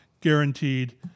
guaranteed